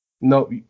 No